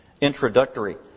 introductory